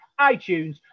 iTunes